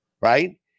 right